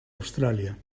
australia